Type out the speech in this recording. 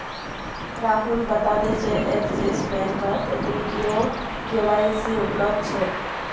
राहुल बताले जे एक्सिस बैंकत वीडियो के.वाई.सी उपलब्ध छेक